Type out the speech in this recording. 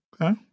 Okay